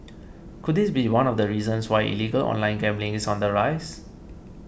could this be one of the reasons why illegal online gambling is on the rise